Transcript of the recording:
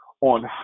on